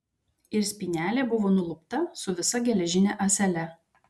ir spynelė buvo nulupta su visa geležine ąsele